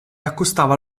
accostava